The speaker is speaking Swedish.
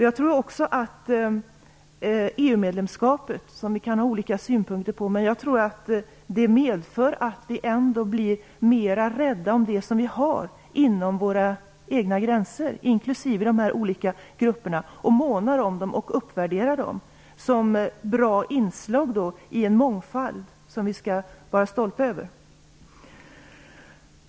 Jag tror också att EU-medlemskapet - som vi kan ha olika synpunkter på - medför att vi ändå blir mera rädda om vad vi har inom våra egna gränser, inklusive dessa olika grupper. Jag tror att vi månar mer om dem och uppvärderar dem som bra inslag i en mångfald som vi skall vara stolta över.